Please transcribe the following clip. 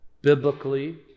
biblically